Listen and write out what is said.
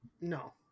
No